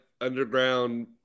underground